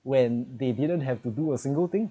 when they didn't have to do a single thing